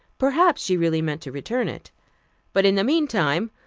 perhaps she really meant to return it but in the mean time,